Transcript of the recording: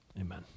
amen